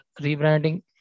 rebranding